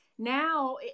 now